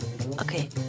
Okay